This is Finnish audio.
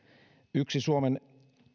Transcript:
yksi suomen